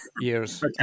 years